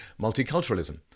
multiculturalism